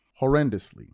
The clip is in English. horrendously